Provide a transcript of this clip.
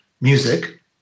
music